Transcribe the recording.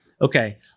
okay